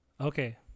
Okay